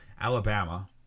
Alabama